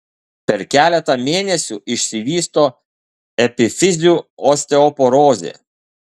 per keletą mėnesių išsivysto epifizių osteoporozė